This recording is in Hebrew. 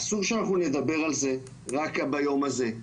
אסור שאנחנו נדבר על זה רק ביום הזה.